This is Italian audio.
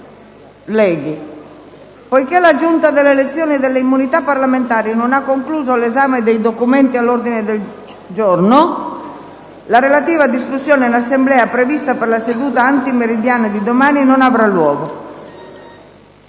colleghi, poiché la Giunta delle elezioni e delle immunità parlamentari non ha concluso l'esame dei documenti all'ordine del giorno, la relativa discussione in Assemblea, prevista per la seduta antimeridiana di domani, non avrà luogo.